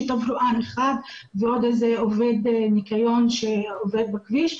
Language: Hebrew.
תברואן אחד ועוד איזה עובד ניקיון שעובד בכביש,